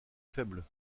faible